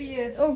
three years